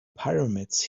pyramids